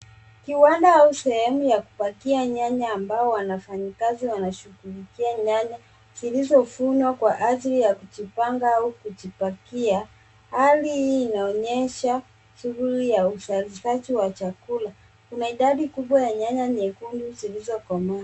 Kiwanda au sehemu ya kupakia nyanya ambao wafanyakazi wanashughulikia nyanya zilizovunwa kwa ajili ya kujipanga au kujipakia. Hali hii inaonyesha shughuli ya usafishaji wa chakula. Kuna idadi kubwa ya nyanya nyekundu zilizokomaa.